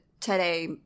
today